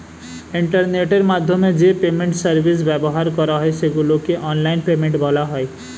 ইন্টারনেটের মাধ্যমে যে পেমেন্ট সার্ভিস ব্যবহার করা হয় সেগুলোকে অনলাইন পেমেন্ট বলা হয়